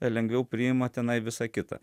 lengviau priima tenai visą kitą